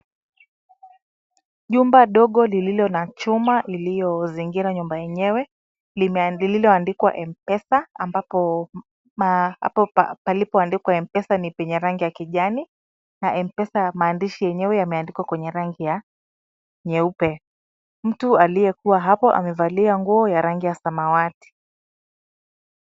Jumba ndogo lililo na chuma iliyo zingira nyumba yenyewe lililo andikwa mpesa. Ambapo apo palipo andikwa mpesa ni penye rangi ya kijani na mpesa maandishi yenyewe yameandikwa kwenye rangi ya nyeupe. Mtu aliyekua hapo amevalia nguo ya rangi ya samawati.